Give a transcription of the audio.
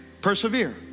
persevere